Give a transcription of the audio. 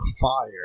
fire